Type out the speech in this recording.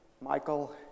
Michael